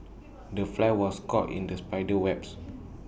the fly was caught in the spider's webs